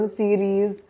series